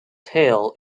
tail